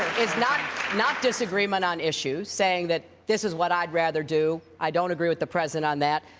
is not not disagreement on issues, saying that this is what i would rather do, i don't agree with the president on that,